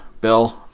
Bill